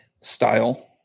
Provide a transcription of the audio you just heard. style